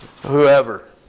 whoever